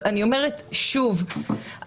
אני אומרת שוב,